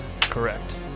Correct